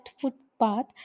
footpath